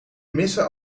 missen